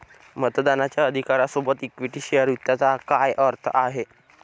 मतदानाच्या अधिकारा सोबत इक्विटी शेअर वित्ताचा काय अर्थ आहे?